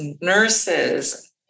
nurses